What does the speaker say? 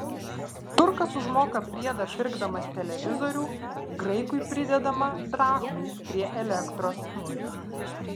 turkas užmoka priedą pirkdamas televizorių graikui pridedama drachmų prie elektros